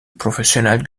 profesyonel